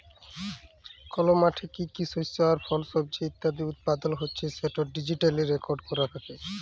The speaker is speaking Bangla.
কল মাঠে কি কি শস্য আর ফল, সবজি ইত্যাদি উৎপাদল হচ্যে সেটা ডিজিটালি রেকর্ড ক্যরা রাখা